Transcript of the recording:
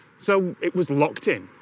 so it was locked in.